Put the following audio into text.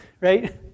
right